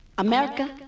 America